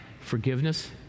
forgiveness